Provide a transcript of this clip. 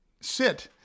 sit